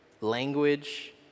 language